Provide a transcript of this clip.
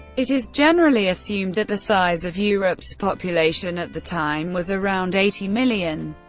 it is generally assumed that the size of europe's population at the time was around eighty million.